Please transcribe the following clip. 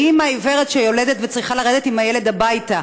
באימא עיוורת שיולדת וצריכה ללכת עם הילד הביתה.